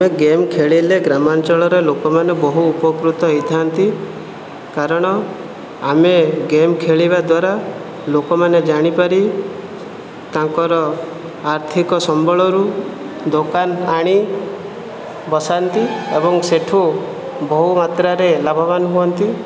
game ଖେଳିଲେ ଗ୍ରାମାଞ୍ଚଳର ଲୋକମାନେ ବହୁ ଉପକୃତ ହୋଇଥାନ୍ତି କାରଣ ଆମେ ଗେମ୍ ଖେଳିବା ଦ୍ଵାରା ଲୋକମାନେ ଜାଣିପାରି ତାଙ୍କର ଆର୍ଥିକ ସମ୍ବଳରୁ ଦୋକାନ ଆଣି ବସାନ୍ତି ଏବଂ ସେଠୁ ବହୁ ମାତ୍ରାରେ ଲାଭବାନ ହୁଅନ୍ତି